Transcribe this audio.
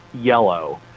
yellow